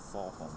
for ha